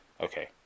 okay